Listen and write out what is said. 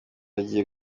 hagiye